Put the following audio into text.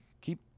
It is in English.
keep